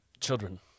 children